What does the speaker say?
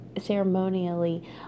ceremonially